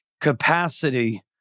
Capacity